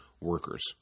workers